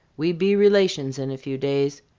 we be relations in a few days.